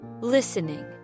Listening